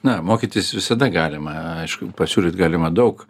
na mokytis visada galima aišku pasiūlyti galima daug